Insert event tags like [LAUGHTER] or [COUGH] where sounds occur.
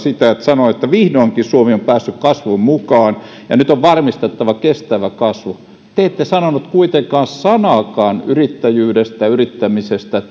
myöskin siitä kun sanoitte että vihdoinkin suomi on päässyt kasvuun mukaan ja nyt on varmistettava kestävä kasvu te te ette sanonut kuitenkaan sanaakaan yrittäjyydestä yrittämisestä [UNINTELLIGIBLE]